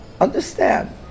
Understand